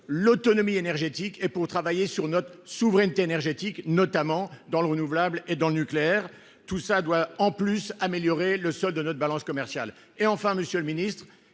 l'autonomie énergétique et pour travailler sur notre souveraineté énergétique, notamment dans le renouvelable et dans le nucléaire. Tout ça doit en plus améliorer le solde de notre balance commerciale et enfin Monsieur le Ministre